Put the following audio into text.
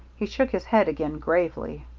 he shook his head again gravely.